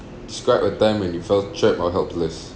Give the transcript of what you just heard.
describe a time when you felt trapped or helpless